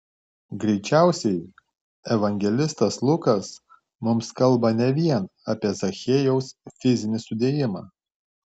greičiausiai evangelistas lukas mums kalba ne vien apie zachiejaus fizinį sudėjimą